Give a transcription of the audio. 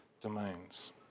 domains